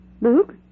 Luke